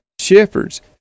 Shepherds